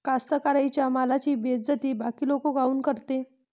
कास्तकाराइच्या मालाची बेइज्जती बाकी लोक काऊन करते?